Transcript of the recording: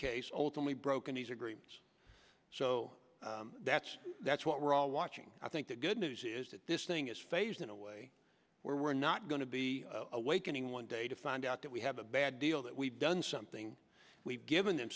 case ultimately broken these agreements so that's that's what we're all watching i think the good news is that this thing is phased in a way where we're not going to be awakening one day to find out that we have a bad deal that we've done something we've given them